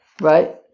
right